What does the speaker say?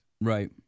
Right